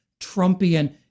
Trumpian